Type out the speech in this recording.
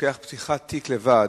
פתיחת תיק בלבד,